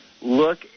Look